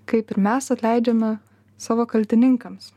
kaip ir mes atleidžiame savo kaltininkams